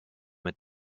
mit